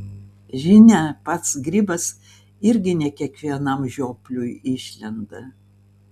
žinia pats grybas irgi ne kiekvienam žiopliui išlenda